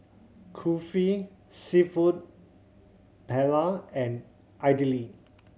Kulfi Seafood Paella and Idili